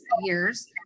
years